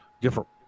different